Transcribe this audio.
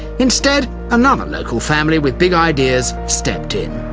instead, another local family with big ideas stepped in.